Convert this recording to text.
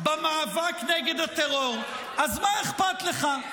במאבק נגד הטרור, אז מה אכפת לך?